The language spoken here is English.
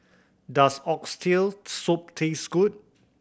does Oxtail Soup taste good